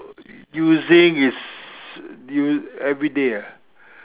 using is us~ everyday ah